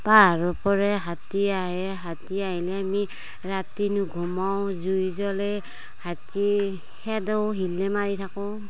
পাহাৰৰ পৰা হাতী আহে হাতী আহিলে আমি ৰাতি নুঘূমাও জুই জ্বলে হাতী খেদো হিলৈ মাৰি থাকোঁ